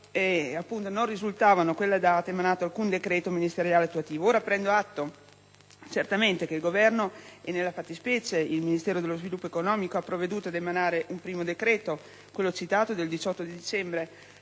non risultava a quella data emanato alcun decreto ministeriale attuativo. Prendo atto che il Governo - nella fattispecie il Ministero dello sviluppo economico - ha provveduto ad emanare un primo decreto, quello citato del 18 dicembre